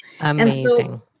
Amazing